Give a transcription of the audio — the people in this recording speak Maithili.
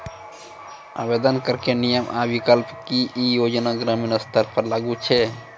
आवेदन करैक नियम आ विकल्प? की ई योजना ग्रामीण स्तर पर लागू छै?